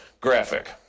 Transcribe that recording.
graphic